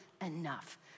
enough